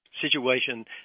situation